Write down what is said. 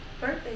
birthday